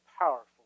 powerful